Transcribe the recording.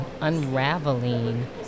unraveling